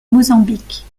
mozambique